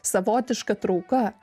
savotiška trauka